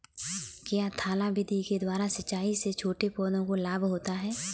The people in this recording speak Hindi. क्या थाला विधि के द्वारा सिंचाई से छोटे पौधों को लाभ होता है?